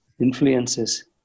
influences